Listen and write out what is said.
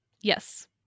Yes